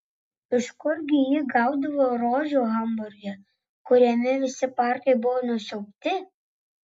iš kurgi ji gaudavo rožių hamburge kuriame visi parkai buvo nusiaubti